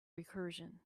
recursion